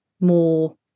more